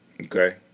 okay